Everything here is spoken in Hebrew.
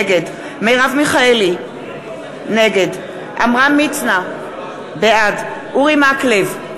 נגד מרב מיכאלי, נגד עמרם מצנע, בעד אורי מקלב,